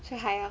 !haiya!